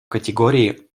категории